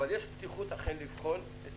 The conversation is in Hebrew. יש פתיחות לבחון את